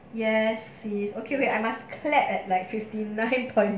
yes please okay wait I must clap at like fifty ninety point